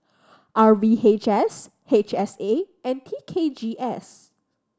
R V H S H S A and T K G S